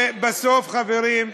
ובסוף, חברים,